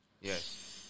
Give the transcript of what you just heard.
Yes